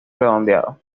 redondeados